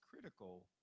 critical